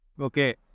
Okay